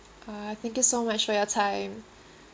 uh thank you so much for your time